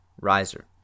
riser